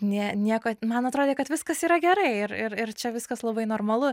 ne nieko man atrodė kad viskas yra gerai ir ir ir čia viskas labai normalu